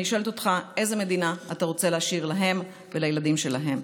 אני שואלת אותך: איזה מדינה אתה רוצה להשאיר להם ולילדים שלהם?